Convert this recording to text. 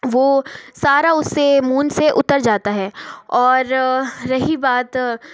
वह सारा उसे मूंज से उतर जाता है और रही बात